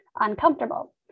uncomfortable